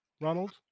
ronald